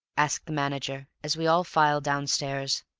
asked the manager, as we all filed downstairs.